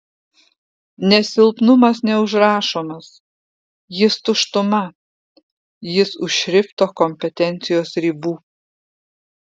nes silpnumas neužrašomas jis tuštuma jis už šrifto kompetencijos ribų